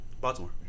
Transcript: Baltimore